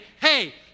hey